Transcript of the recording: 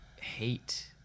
hate